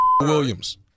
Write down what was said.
Williams